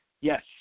yes